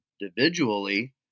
Individually